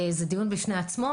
זה דיון בפני עצמו.